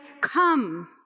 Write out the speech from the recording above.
come